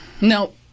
No